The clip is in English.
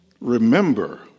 Remember